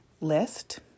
list